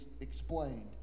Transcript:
explained